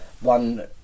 one